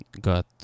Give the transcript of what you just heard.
got